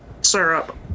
syrup